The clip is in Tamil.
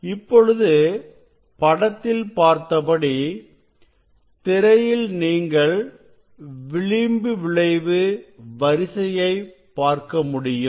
இப்பொழுது படத்தில் பார்த்தபடி திரையில் நீங்கள் விளிம்பு விளைவு வரிசையை பார்க்க முடியும்